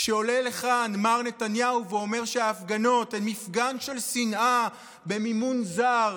כשעולה לכאן מר נתניהו ואומר שההפגנות הן מפגן של שנאה במימון זר,